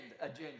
agenda